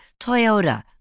Toyota